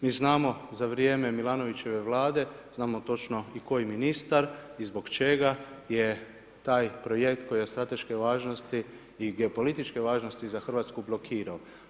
Mi znamo za vrijeme Milanovićeve Vlade znamo točno i koji ministar i zbog čega je taj projekt koji je od strateške važnosti i geopolitičke važnosti za Hrvatsku blokirao.